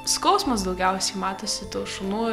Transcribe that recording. skausmas daugiausiai matosi tų šunų